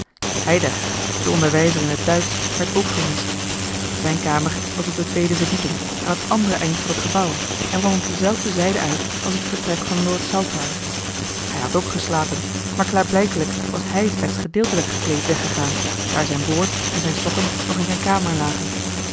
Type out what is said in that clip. heidegger de onderwijzer in het duitsch werd ook vermist zijn kamer was op de tweede verdieping aan het andere eind van het gebouw en kwam op dezelfde zijde uit als het vertrek van lord saltire hij had ook geslapen maar klaarblijkelijk was hij slechts gedeeltelijk gekleed weggegaan daar zijn boord en zijn sokken nog in zijn kamer lagen